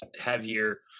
heavier